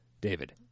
David